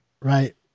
Right